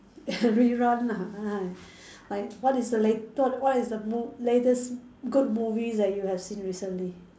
rerun lah ah like what is the later what is the m~ latest good movies that you have seen recently